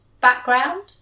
background